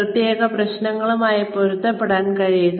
പ്രത്യേക പ്രശ്നങ്ങളുമായി പൊരുത്തപ്പെടാൻ കഴിയുക